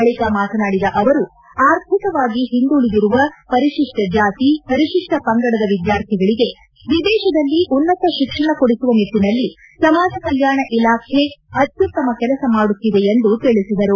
ಬಳಿಕ ಮಾತನಾಡಿದ ಅವರು ಆರ್ಥಿಕವಾಗಿ ಹಿಂದುಳಿದಿರುವ ಪರಿಶಿಷ್ಟ ಜಾತಿ ಪರಿಶಿಷ್ಟ ಪಂಗಡದ ವಿದ್ಯಾರ್ಥಿಗಳಿಗೆ ವಿದೇಶದಲ್ಲಿ ಉನ್ನತ ಶಿಕ್ಷಣ ಕೊಡಿಸುವ ನಿಟ್ಟನಲ್ಲಿ ಸಮಾಜ ಕಲ್ಕಾಣ ಇಲಾಖೆ ಅತ್ಯುತ್ತಮ ಕೆಲಸ ಮಾಡುತ್ತಿದೆ ಎಂದು ತಿಳಿಸಿದರು